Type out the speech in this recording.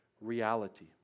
reality